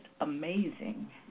amazing